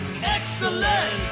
Excellent